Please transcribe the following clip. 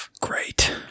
Great